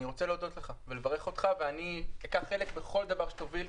אני רוצה להודות לך ולברך אותך ואני אקח חלק בכל דבר שתוביל,